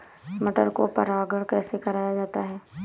मटर को परागण कैसे कराया जाता है?